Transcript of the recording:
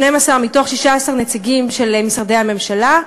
12 מתוך 16 נציגים של משרדי הממשלה,